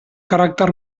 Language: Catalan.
caràcter